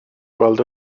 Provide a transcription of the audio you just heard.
weld